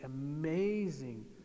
amazing